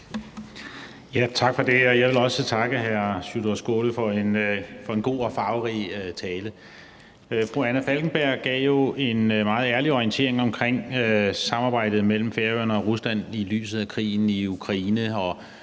Tak for det. Jeg vil også takke hr. Sjúrður Skaale for en god og farverig tale. Fru Anna Falkenberg gav jo en ærlig orientering om samarbejdet mellem Færøerne og Rusland i lyset af krigen i Ukraine,